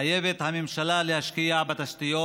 חייבת הממשלה להשקיע בתשתיות.